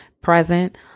present